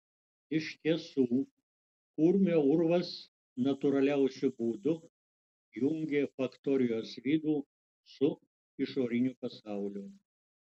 iš tiesų kurmio urvas natūraliausiu būdu jungė faktorijos vidų su išoriniu pasauliu